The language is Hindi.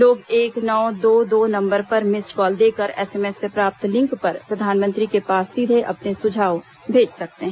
लोग एक नौ दो दो नम्बर पर मिस्ड कॉल देकर एसएमएस से प्राप्त लिंक पर प्रधानमंत्री के पास सीधे अपने सुझाव भेज सकते हैं